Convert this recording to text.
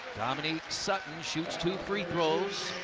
dominique sutton shoots two free throws.